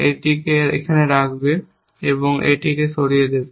এটি এটিকে রাখবে এবং এটিকে সরিয়ে দেবে